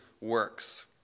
works